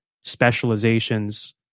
specializations